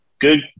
Good